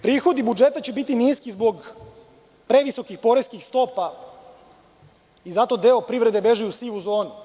Prihodi budžeta će biti niski zbog previsokih poreskih stopa i zato deo privrede beži u sivu zonu.